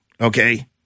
Okay